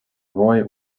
roy